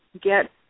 get